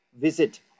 visit